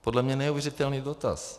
Podle mě neuvěřitelný dotaz.